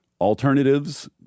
alternatives